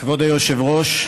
כבוד היושב-ראש,